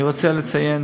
אני רוצה לציין